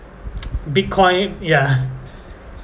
bitcoin ya